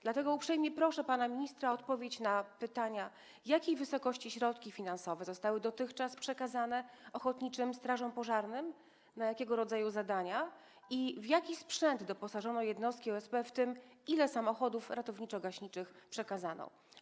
Dlatego uprzejmie proszę pana ministra o odpowiedź na pytania, w jakiej wysokości środki finansowe zostały dotychczas przekazane ochotniczym strażom pożarnym, na jakiego rodzaju zadania, w jaki sprzęt doposażono jednostki OSP, w tym ile samochodów ratowniczo-gaśniczych przekazano.